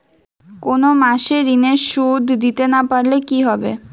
কোন মাস এ ঋণের সুধ দিতে না পারলে কি হবে?